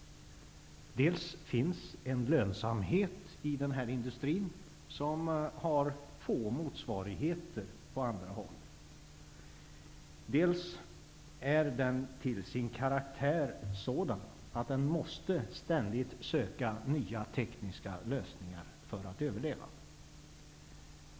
Dels finns en lönsamhet i denna industri som har få motsvarigheter på andra håll, dels är industrin till sin karaktär sådan att den ständigt måste söka nya tekniska lösningar för att överleva.